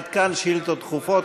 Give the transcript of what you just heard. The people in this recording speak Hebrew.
עד כאן שאילתות דחופות.